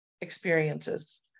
experiences